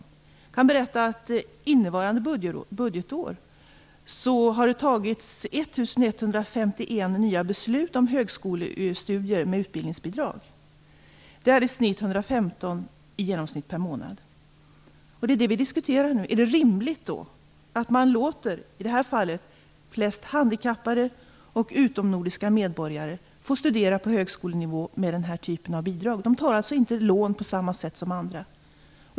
Jag kan berätta att det innevarande budgetår har fattats 1 151 nya beslut om högskolestudier med utbildningsbidrag. Det är i snitt 115 per månad. Det vi diskuterar nu är om det är rimligt att man låter i det här fallet mest handikappade och utomnordiska medborgare studera på högskolenivå med denna typ av bidrag. De tar alltså inte lån på samma sätt som andra.